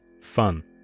fun